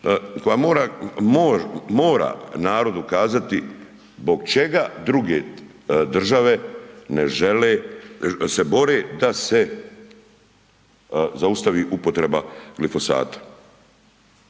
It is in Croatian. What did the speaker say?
koja mora narodu kazati zbog čega druge države ne žele, se bore da se zaustavi upotreba glifosata.